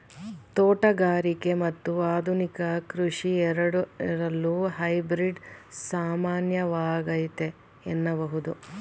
ತೋಟಗಾರಿಕೆ ಮತ್ತು ಆಧುನಿಕ ಕೃಷಿ ಎರಡರಲ್ಲೂ ಹೈಬ್ರಿಡ್ ಸಾಮಾನ್ಯವಾಗೈತೆ ಎನ್ನಬಹುದು